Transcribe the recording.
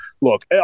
look